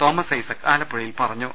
Thomas Isaac ആലപ്പുഴയിൽ പറഞ്ഞു